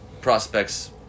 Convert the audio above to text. prospects